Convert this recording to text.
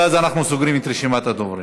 ואז אנחנו סוגרים את רשימת הדוברים.